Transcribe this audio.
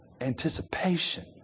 Anticipation